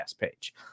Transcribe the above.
page